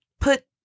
put